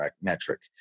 metric